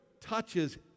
touches